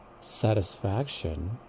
satisfaction